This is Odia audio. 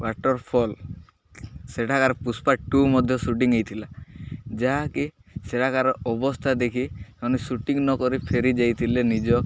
ୱାଟରଫଲ୍ ସେଠାରେ ପୁଷ୍ପା ଟୁ ମଧ୍ୟ ସୁଟିଂ ହୋଇଥିଲା ଯାହାକି ସେଠାକାର ଅବସ୍ଥା ଦେଖି ମାନେ ସୁଟିଂ ନକରି ଫେରି ଯାଇଥିଲେ ନିଜ